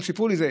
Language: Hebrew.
סיפרו לי את זה,